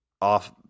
off